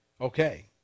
Okay